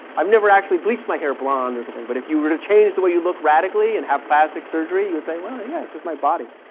i've never actually bleached my hair blonde or something. but if you were to change the way you look radically, and have plastic surgery you would say well yeah it's just my body.